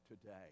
today